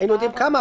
היינו יודעים כמה,